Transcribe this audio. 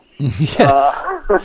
Yes